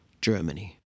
Germany